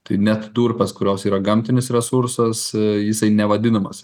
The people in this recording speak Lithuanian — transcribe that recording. tai net durpės kurios yra gamtinis resursas jisai nevadinamas